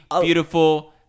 beautiful